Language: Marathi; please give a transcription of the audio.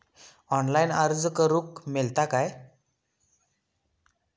ऑनलाईन अर्ज करूक मेलता काय?